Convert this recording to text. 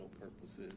purposes